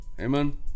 amen